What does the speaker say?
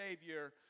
Savior